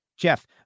Jeff